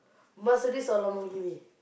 Mercedes or Lamborghini